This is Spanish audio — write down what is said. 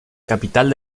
capital